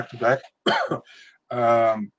back-to-back